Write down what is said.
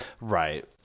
Right